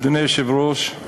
אדוני היושב-ראש,